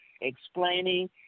explaining